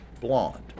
blonde